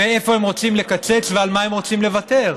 ואיפה היא רוצה לקצץ, ועל מה היא רוצה לוותר.